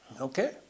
Okay